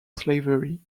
slavery